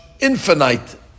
Infinite